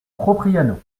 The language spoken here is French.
propriano